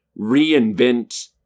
reinvent